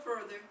further